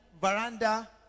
veranda